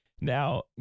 Now